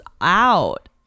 out